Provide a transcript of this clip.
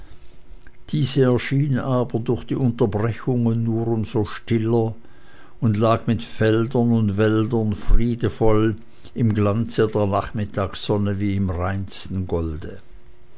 diese erschien aber durch die unterbrechungen nur um so stiller und lag mit feldern und wäldern friedevoll im glanze der nachmittagssonne wie im reinsten golde